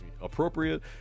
appropriate